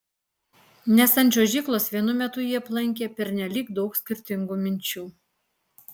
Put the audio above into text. nes ant čiuožyklos vienu metu jį aplankė pernelyg daug skirtingų minčių